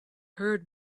heard